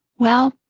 well,